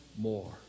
more